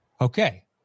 Okay